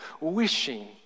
wishing